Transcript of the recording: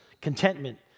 contentment